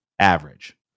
average